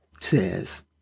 says